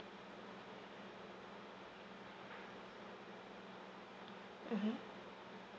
mmhmm